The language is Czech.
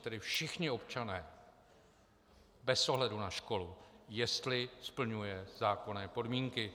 Tedy všichni občané bez ohledu na školu, jestli splňuje zákonné podmínky.